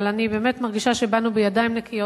אבל אני באמת מרגישה שבאנו בידיים נקיות.